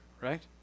right